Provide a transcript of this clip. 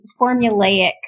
formulaic